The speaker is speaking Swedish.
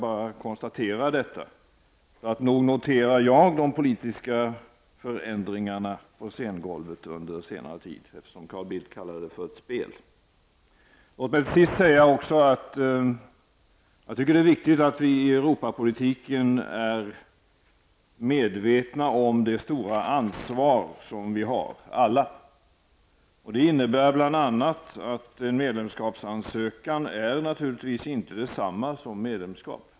Jag konstaterar bara att jag noterat de politiska förändringarna på scengolvet under senare tid -- Carl Bildt kallade det ju för ett spel. Det är viktigt att vara medveten om det stora ansvar som vi alla har när det gäller Europapolitiken. Det innebär bl.a. att en medlemskapsansökan naturligtvis inte är detsamma som medlemskap.